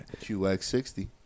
QX60